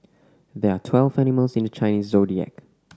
there are twelve animals in the Chinese Zodiac